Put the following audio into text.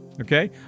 okay